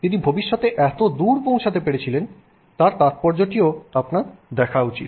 তিনি ভবিষ্যতে এতদূর পৌঁছাতে পেরেছিলেন তার তাত্পর্যটিও আপনার দেখা উচিত